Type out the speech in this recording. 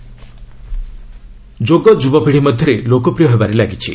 ଯୋଗା youth ଯୋଗ ଯୁବପିଢ଼ି ମଧ୍ୟରେ ଲୋକପ୍ରିୟ ହେବାରେ ଲାଗିଛି